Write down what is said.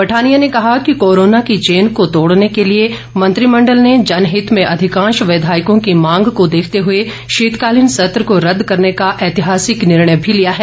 पठानिया ने कहा कि कोरोना की चेन को तोड़ने के लिए मंत्रिमण्डल ने जनहित में अधिकांश विधायकों की मांग को देखते हुए शीतकालीन सत्र को रद्द करने का ऐतिहासिक निर्णय भी लिया है